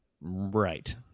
Right